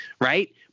right